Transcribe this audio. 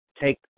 take